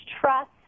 trust